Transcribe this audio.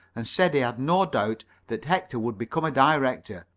and said he had no doubt that hector would become a director,